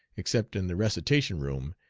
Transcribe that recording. except in the recitation room,